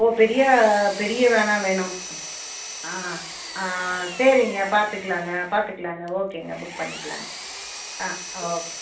ஓ பெரிய பெரிய வேனாக வேணும் ஆ சரிங்க பார்த்துக்கிலாங்க பார்த்துக்கிலாங்க ஓகேங்க புக் பண்ணிக்கலாங்க ஆ ஓகே